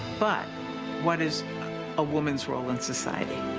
but what is ah woman's role in society?